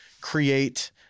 create